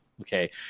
Okay